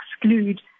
exclude